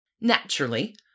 naturally